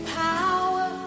power